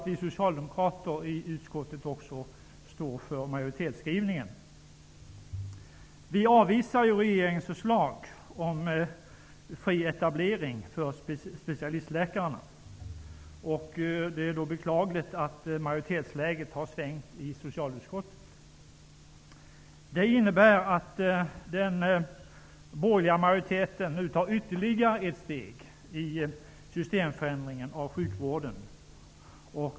Vi socialdemokrater i utskottet står för majoritetsskrivningen. Vi avvisar regeringens förslag om fri etablering för specialistläkarna. Det är beklagligt att majoritetsläget i socialutskottet har svängt. Det innebär att den borgerliga majoriteten nu ytterligare tar ett steg i systemförändringen av sjukvården.